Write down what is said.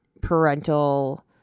parental